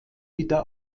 wieder